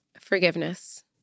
Forgiveness